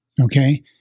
Okay